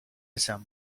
isem